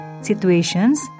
situations